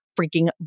freaking